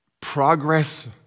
progress